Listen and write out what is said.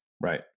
Right